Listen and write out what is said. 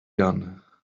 done